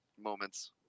moments